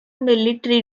military